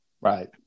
Right